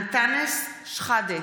אנטאנס שחאדה,